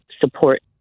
support